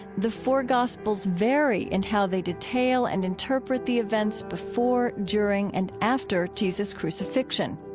the four gospels vary in how they detail and interpret the events before, during and after jesus' crucifixion.